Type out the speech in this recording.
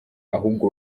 ahubwo